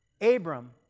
Abram